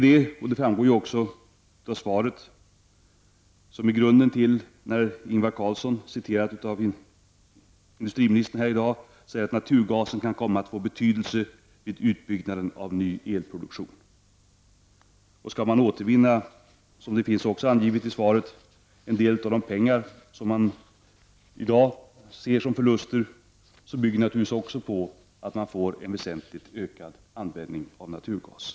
Det framgår också av det interpellationssvar där Ingvar Carlsson, citerad av industriministern här i dag, säger att naturgasen kan komma att få betydelse vid utbyggnaden av ny elproduktion. Skall man dessutom, som anges i interpellationssvaret från industriministern, återvinna en del av de pengar som man i dag ser som förluster bygger det naturligtvis också på att man får en väsentligt ökad användning av naturgas.